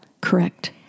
Correct